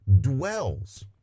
dwells